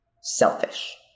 Selfish